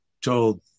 told